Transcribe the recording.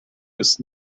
ist